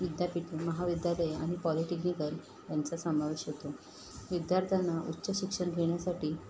विद्यापीठ महाविद्यालय आणि पॉलिटेक्निकल यांचा समावेश होतो विद्यार्थ्यांना उच्च शिक्षण घेण्यासाठी